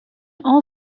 all